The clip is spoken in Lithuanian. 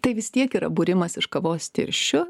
tai vis tiek yra būrimas iš kavos tirščių